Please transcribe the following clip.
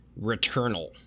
Returnal